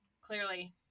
clearly